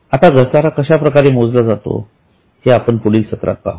आता घसारा कशा प्रकारे मोजला जातो हे आपण पुढील सत्रात पाहू